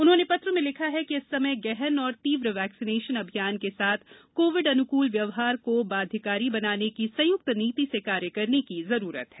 उन्होंने पत्र में लिखा है कि इस समय गहन और तीव्र वैक्सीनेशन अभियान के साथ कोविड अन्कूल व्यवहार को बाध्यकारी बनाने की संय्क्त नीति से कार्य करने की जरुरत है